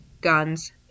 guns